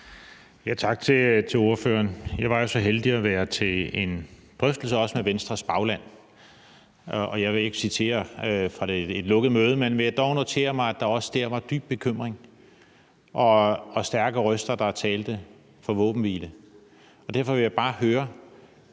Tak til ordføreren. Jeg var jo så heldig at være til en drøftelse med også Venstres bagland. Jeg vil ikke citere fra et lukket møde, men jeg vil dog notere mig, at der også der var dyb bekymring og stærke røster, der talte for en våbenhvile. Derfor vil jeg bare høre,